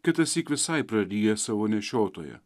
kitąsyk visai praryja savo nešiotoją